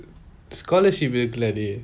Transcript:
scholarship எடுக்கலாம்ல:edukalaam dey